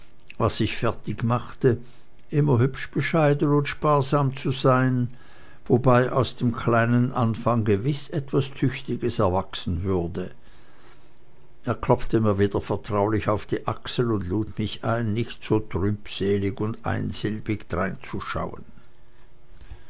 was ich fertigmachte immer hübsch bescheiden und sparsam zu sein wobei aus dem kleinen anfang gewiß etwas tüchtiges erwachsen würde er klopfte mir wieder vertraulich auf die achsel und lud mich ein nicht so trübselig und einsilbig dreinzuschauen